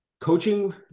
coaching